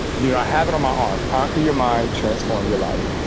dude, i have it on my arm, conquer your mind, transform your life.